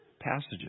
passages